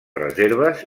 reserves